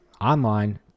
online